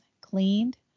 cleaned